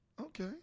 Okay